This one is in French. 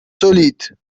solide